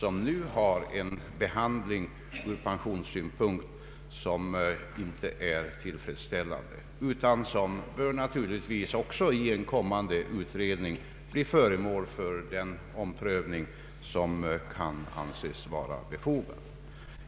De får från pensionssynpunkt en behandling som inte är tillfredsställande, och de bör naturligtvis också i en kommande utredning bli föremål för den omprövning som kan anses vara befogad.